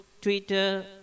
Twitter